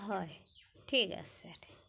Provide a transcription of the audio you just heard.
হয় ঠিক আছে